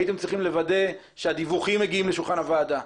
הייתם צריכים לוודא שהדיווחים מגיעים לשולחן הוועדה.